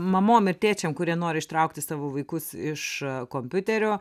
mamom tėčiam kurie nori ištraukti savo vaikus iš kompiuterių